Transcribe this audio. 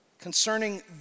Concerning